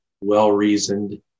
well-reasoned